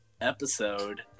episode